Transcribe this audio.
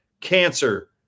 cancer